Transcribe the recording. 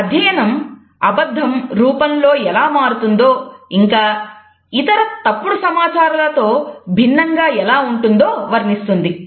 అతని అధ్యయనం అబద్ధం రూపంలో ఎలా మారుతుందో ఇంకా ఇతర తప్పుడు సమాచారాలతో భిన్నంగా ఎలా ఉంటుందో వర్ణిస్తుంది